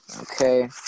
Okay